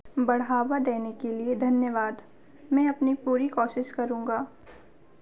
बढ़ावा देने के लिए धन्यवाद मैं अपनी पूरी कोशिश करूँगा